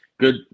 Good